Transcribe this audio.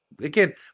again